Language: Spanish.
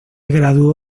graduó